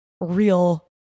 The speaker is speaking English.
real